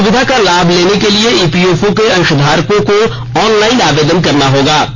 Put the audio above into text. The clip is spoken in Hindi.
इस सुविधा का लाभ लेने के लिए ईपीएफओ के अंशधारकों को ऑनलाइन आवेदन करना होगा